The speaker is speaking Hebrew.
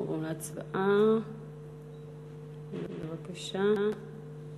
ההצעה להעביר את הצעת חוק דמי מחלה (היעדרות בשל מחלת ילד) (תיקון מס'